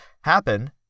happen